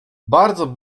bardzo